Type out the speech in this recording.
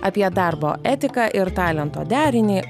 apie darbo etiką ir talento derinį